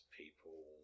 people